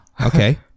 Okay